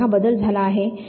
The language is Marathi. तर मोठा बदल झाला आहे